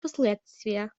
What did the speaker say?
последствия